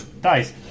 dice